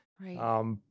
Right